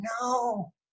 No